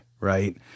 Right